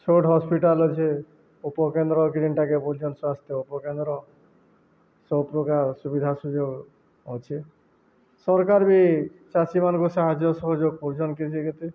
ଛୋଟ ହସ୍ପିଟାଲ୍ ଅଛେ ଉପକେନ୍ଦ୍ର କିନ୍ଟାକେ ପଛନ୍ ସ୍ୱାସ୍ଥ୍ୟ ଉପକେନ୍ଦ୍ର ସବୁପ୍ରକାର ସୁବିଧା ସୁଯୋଗ ଅଛେ ସରକାର ବି ଚାଷୀମାନଙ୍କ ସାହାଯ୍ୟ ସହଯୋଗ କରୁଛନ୍ କିଛି କେତେ